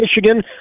Michigan